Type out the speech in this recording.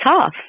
tough